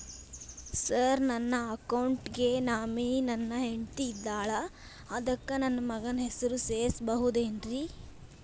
Sir ನನ್ನ account ಗೆ nominee ನನ್ನ ಹೆಂಡ್ತಿ ಇದ್ದಾಳ ಅದಕ್ಕ ನನ್ನ ಮಗನ ಹೆಸರು ಸೇರಸಬಹುದೇನ್ರಿ?